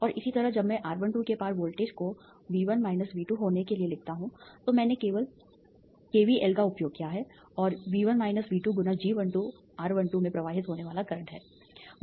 और इसी तरह जब मैं R12 के पार वोल्टेज को V1 V2 होने के लिए लिखता हूं तो मैंने केवीएल का उपयोग किया है और V1 V2 × G12 R12 में प्रवाहित होने वाला करंट है